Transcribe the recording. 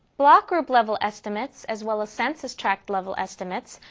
block group level estimates, as well as census tract level estimates,